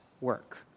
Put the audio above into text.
work